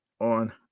on